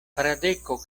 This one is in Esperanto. fradeko